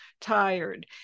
tired